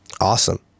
Awesome